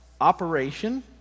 operation